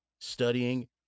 studying